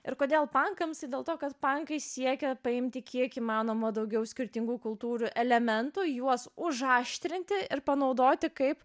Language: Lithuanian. ir kodėl pankams dėl to kad pankai siekia paimti kiek įmanoma daugiau skirtingų kultūrų elementų juos užaštrinti ir panaudoti kaip